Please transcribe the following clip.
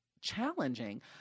challenging